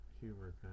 humor